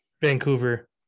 Vancouver